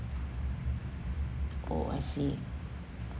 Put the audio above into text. oh I see